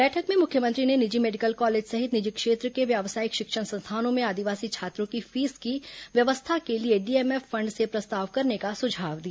बैठक में मुख्यमंत्री ने निर्जी मेडिकल कॉलेज सहित निर्जी क्षेत्र के व्यावसायिक शिक्षण संस्थानों में आदिवासी छात्रों की फीस की व्यवस्था के लिए डीएमएफ फंड से प्रस्ताव करने का सुझाव दिया